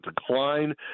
decline